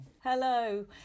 Hello